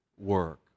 work